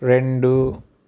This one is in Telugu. రెండు